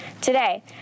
Today